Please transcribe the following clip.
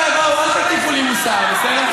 בסדר?